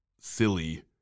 silly